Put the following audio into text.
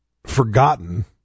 forgotten